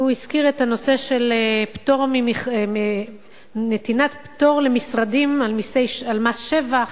הוא הזכיר את הנושא של נתינת פטור למשרדים על מס שבח.